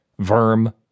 verm